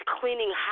cleaning